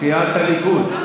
סיעת הליכוד,